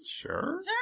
Sure